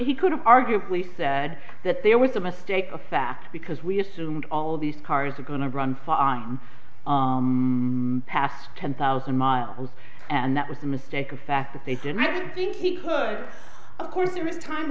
he could have arguably said that there was a mistake of fact because we assumed all of these cars are going to run fine past ten thousand miles and that was a mistake a fact that they didn't think he could of course t